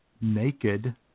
Naked